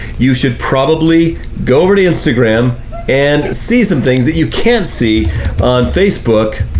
you should probably go over to instagram and see some things that you can't see on facebook.